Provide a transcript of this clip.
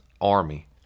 army